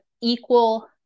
equal